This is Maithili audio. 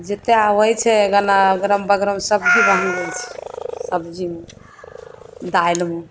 जते आबै छै गना अगरम बगरम सब भी महँगे छै सब्जीमे दालिमे